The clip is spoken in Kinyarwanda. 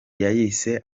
yayise